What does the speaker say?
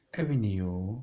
avenue